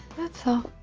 that's all.